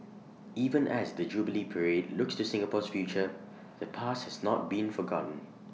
even as the jubilee parade looks to Singapore's future the past has not been forgotten